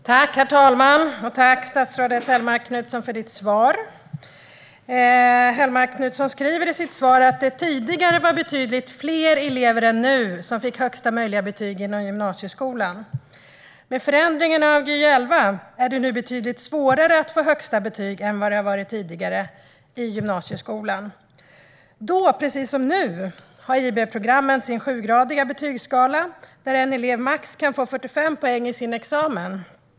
Herr talman! Jag tackar statsrådet Hellmark Knutsson för svaret. Statsrådet säger i sitt svar att det tidigare var betydligt fler elever som fick högsta möjliga betyg i gymnasieskolan än nu. Med förändringen av Gy 11 är det nu betydligt svårare än tidigare att få högsta betyg i gymnasieskolan. Då precis som nu har IB-programmen sin sjugradiga betygsskala, där en elev kan få max 45 poäng i sin examen.